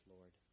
Lord